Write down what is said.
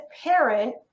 parent